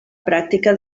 pràctica